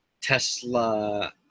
Tesla